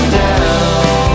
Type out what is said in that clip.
down